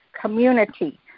community